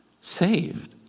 saved